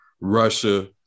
Russia